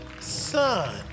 son